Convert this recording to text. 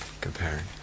comparing